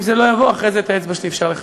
אם זה לא יבוא, אחרי זה את האצבע שלי אפשר לחפש.